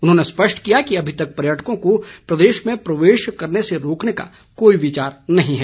उन्होंने स्पष्ट किया कि अभी तक पर्यटकों को प्रदेश में प्रवेश करने से रोकने का कोई विचार नहीं है